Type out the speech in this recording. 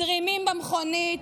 // מדרימים במכונית,